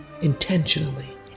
intentionally